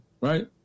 right